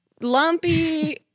lumpy